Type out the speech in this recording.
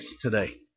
today